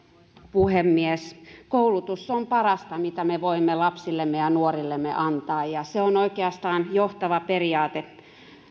puhemies koulutus on parasta mitä me voimme lapsillemme ja ja nuorillemme antaa se on oikeastaan johtava periaate